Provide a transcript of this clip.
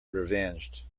revenged